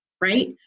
right